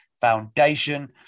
Foundation